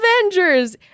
Avengers